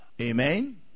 amen